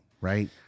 right